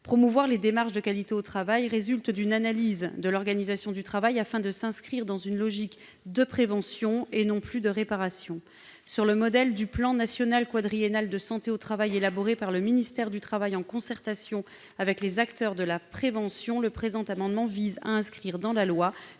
Promouvoir les démarches de qualité au travail nécessite une analyse de l'organisation du travail, afin de s'inscrire dans une logique de prévention et non plus de réparation. Sur le modèle du plan national quadriennal de santé au travail élaboré par le ministère du travail en concertation avec les acteurs de la prévention, le présent amendement vise à inscrire dans la loi